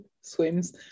swims